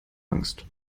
angst